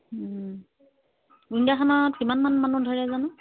উইঙ্গাৰখনত কিমানমান মানুহ ধৰে জানো